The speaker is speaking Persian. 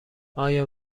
آیا